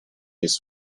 jest